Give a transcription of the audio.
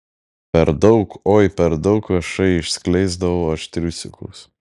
per daug oi per daug viešai išskleisdavau aš triusikus